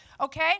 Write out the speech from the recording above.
Okay